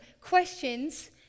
questions